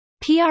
PR